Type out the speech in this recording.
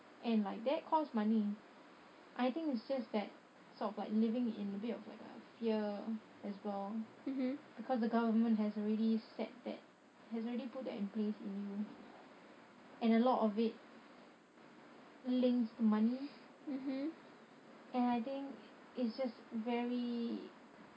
and like that costs money I think it's just that sort of like living in a bit of like a fear as well because the government has already set that has already put that in place in you and a lot of it links money and I think it's just very